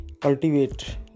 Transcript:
Cultivate